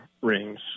rings